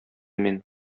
мин